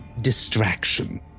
distraction